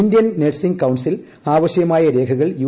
Indian nursing council ആവശ്യമായി ർഖകൾ U